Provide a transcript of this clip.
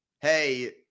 hey